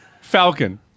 Falcon